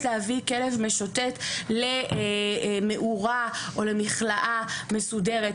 להביא כלב משוטט למאורה או מכלאה מסודרת,